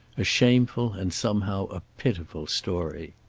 a shameful and somehow a pitiful story.